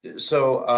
so,